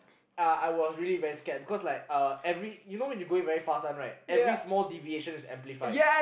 uh I was really very scared because like uh every you know when you going very fast [one] right every small deviation is amplified